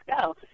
go